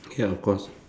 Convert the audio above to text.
ya of course